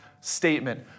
statement